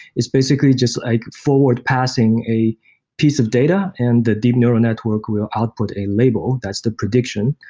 is basically just like forward passing a piece of data and the deep neural network will output a label, that's the prediction.